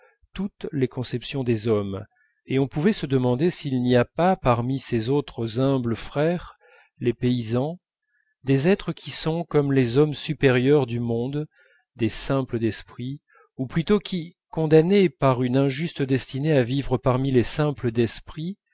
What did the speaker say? toutes les conceptions des hommes et on pouvait se demander s'il n'y a pas parmi ces autres humbles frères les paysans des êtres qui sont comme les hommes supérieurs du monde des simples d'esprit ou plutôt qui condamnés par une injuste destinée à vivre parmi les simples d'esprit